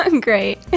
Great